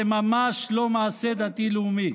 זה ממש לא מעשה דתי-לאומי.